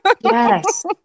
Yes